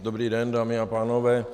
Dobrý den, dámy a pánové.